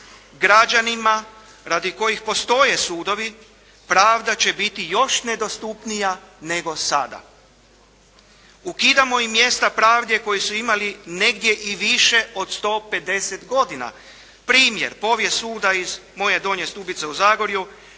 građanima radi kojih postoje sudovi pravda će biti još nedostupnija nego sada. Ukidamo im mjesta pravde koje su imali negdje i više od 150 godina. Primjer, povijest suda iz moje Donje Stubice u Zagorju